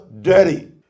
dirty